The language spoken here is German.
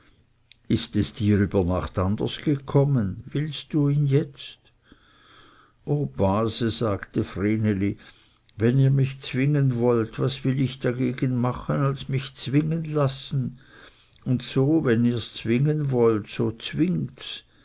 ist es dir über nacht anders gekommen willst du ihn jetzt o base sagte vreneli wenn ihr mich zwingen wollt was will ich dagegen machen als mich zwingen lassen und so wenn ihrs zwingen wollt so zwingts